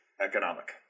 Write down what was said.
Economic